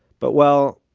but, well,